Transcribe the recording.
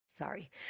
Sorry